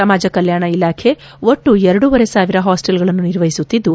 ಸಮಾಜ ಕಲ್ಟಾಣ ಇಲಾಖೆ ಒಟ್ಟು ಎರಡೂವರೆ ಸಾವಿರ ಹಾಸ್ಟೆಲ್ಗಳನ್ನು ನಿರ್ವಹಿಸುತ್ತಿದ್ದು